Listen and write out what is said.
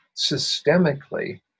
systemically